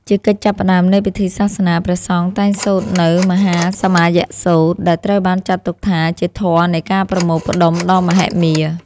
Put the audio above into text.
ជាកិច្ចចាប់ផ្ដើមនៃពិធីសាសនា ព្រះសង្ឃតែងសូត្រនូវ មហាសមយសូត្រ ដែលត្រូវបានចាត់ទុកថាជាធម៌នៃការប្រមូលផ្ដុំដ៏មហិមា។